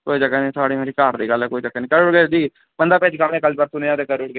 कोई चक्कर निं साढ़ी थुआढ़ी घर दी गल्ल ऐ कोई चक्कर निं सर जी कल्ल बंदा भेजियै करी ओड़गे